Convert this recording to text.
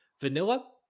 Vanilla